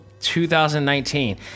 2019